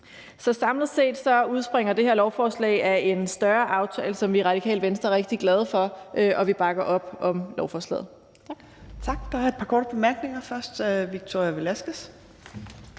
Så samlet set udspringer det her lovforslag af en større aftale, som vi i Radikale Venstre er rigtig glade for, og vi bakker op om lovforslaget.